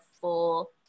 full